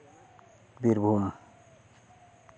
Birbhum